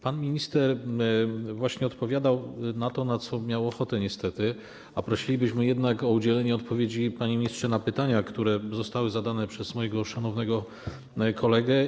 Pan minister właśnie odpowiadał na to, na co miał ochotę, niestety, a prosilibyśmy jednak o udzielenie odpowiedzi, panie ministrze, na pytania, które zostały zadane przez mojego szanownego kolegę.